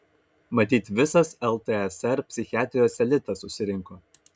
matyt visas ltsr psichiatrijos elitas susirinko